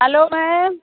hello ma'am